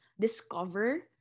discover